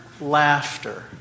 laughter